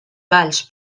balls